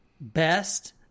best